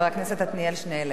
חבר הכנסת עתניאל שנלר,